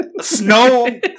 snow